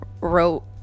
wrote